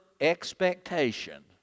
expectation